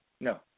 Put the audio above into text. No